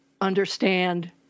understand